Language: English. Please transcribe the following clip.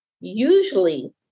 Usually